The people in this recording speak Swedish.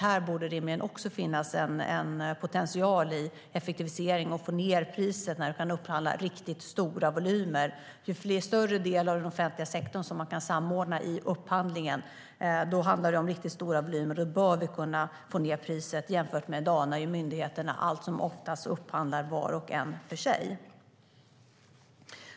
Här borde det rimligen också finnas en potential i effektivisering och att få ned priset när man kan upphandla riktigt stora volymer. Ju större del av den offentliga sektorn som man kan samordna i upphandlingen, desto mer bör man kunna få ned priset jämfört med i dag, när myndigheterna allt som oftast upphandlar var och en för sig.